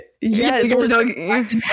Yes